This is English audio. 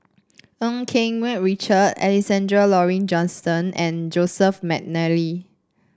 Ng Keng Mun Richard Alexander Laurie Johnston and Joseph McNally